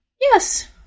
Yes